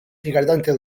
rigardante